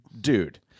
dude